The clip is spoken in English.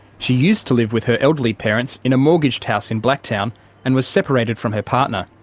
she used to live with her elderly parents in a mortgaged house in blacktown and was separated from her partner.